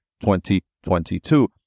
2022